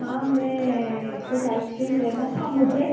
हाँ मैं कुछ आइस क्रीम लेना था मुझे